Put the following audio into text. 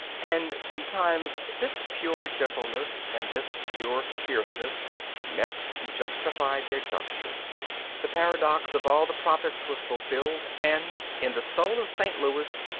and sometimes this pure gentleness and this pure fierceness met and justified their juncture the paradox of all the prophets was fulfilled, and, in the soul of st. louis,